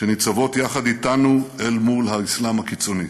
שניצבות יחד איתנו אל מול האסלאם הקיצוני.